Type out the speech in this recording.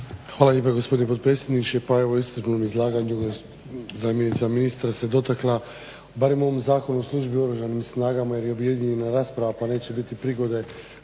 Hvala lijepo gospodine potpredsjedniče. Pa iscrpnom izlaganju zamjenica ministra se dotakla barem u ovom Zakonu o službi o oružanim snagama jer je objedinjena rasprava pa neće biti prigode